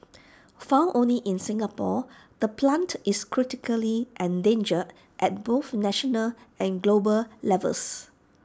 found only in Singapore the plant is critically endangered at both national and global levels